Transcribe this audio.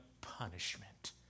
punishment